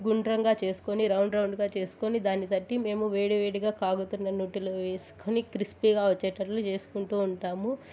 గుండ్రంగా చేసుకుని రౌండ్ రౌండుగా చేసుకుని దాన్నితట్టి మేము వేడి వేడిగా కాగుతున్న నూటిలో వేసుకుని క్రిస్పీగా వచ్చేటట్టు చేసుకుంటు ఉంటాము